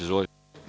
Izvolite.